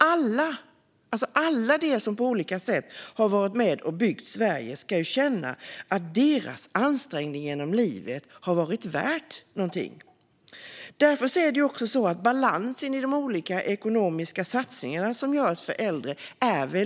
Alla de som på olika sätt har varit med och byggt Sverige ska känna att deras ansträngning genom livet har varit värd någonting. Därför är det viktigt att vi håller koll på balansen i de olika ekonomiska satsningar som görs för äldre.